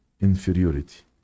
inferiority